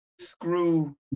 screw